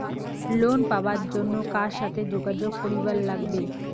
Loan পাবার জন্যে কার সাথে যোগাযোগ করিবার লাগবে?